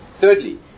Thirdly